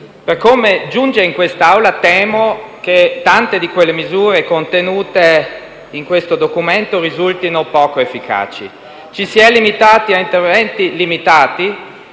Per come giunge in quest'Aula, temo che tante delle misure contenute in questo documento risultino poco efficaci. Ci si è limitati a interventi circoscritti,